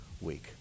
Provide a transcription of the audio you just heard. week